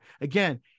Again